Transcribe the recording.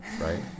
right